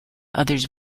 others